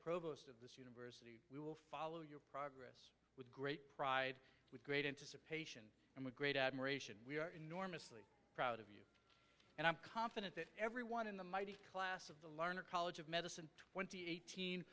provost of the state we will follow your progress with great pride with great anticipation and with great admiration we are enormously proud of you and i'm confident that everyone in the mighty class of the learner college of medicine twenty eighteen